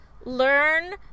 learn